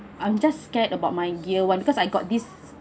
I'm just scared about my year one because I got this